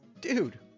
Dude